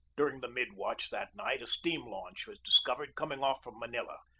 during the mid-watch that night a steam-launch was discovered coming off from manila.